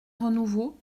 renouveau